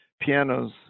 pianos